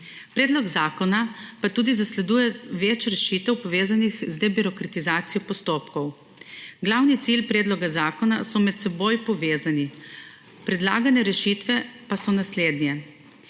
Predlog zakona pa tudi zasleduje več rešitev, povezanih z debirokratizacijo postopkov. Glavni cilj predloga zakona so med seboj povezani. Predlagane rešitve pa so naslednje: